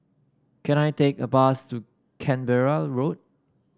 can I take a bus to Canberra Road